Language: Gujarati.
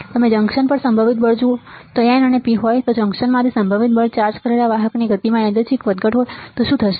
તમે જંકશન પર સંભવિત બળ જુઓ છો જો N અને P હોય તો જંકશનમાંથી સંભવિત બળ ચાર્જ કરેલા વાહકોની ગતિમાં યાદચ્છિક વધઘટ હોય તો શું થશે